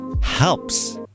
helps